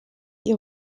ihr